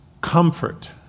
comfort